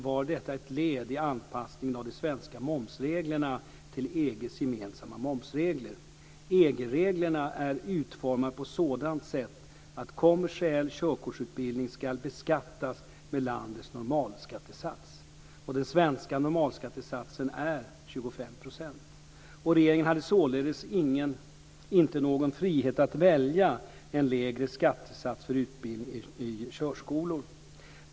var detta ett led i anpassningen av de svenska momsreglerna till EG:s gemensamma momsregler. EG reglerna är utformade på sådant sätt att kommersiell körkortsutbildning ska beskattas med landets normalskattesats. Den svenska normalskattesatsen är 25 %. Regeringen hade således inte någon frihet att välja en lägre skattesats för utbildning i körskolor.